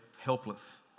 helpless